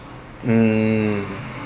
mm